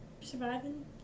Surviving